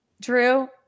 Drew